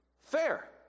fair